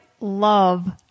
love